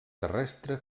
terrestre